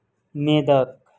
نیدک